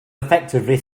effectively